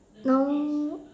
now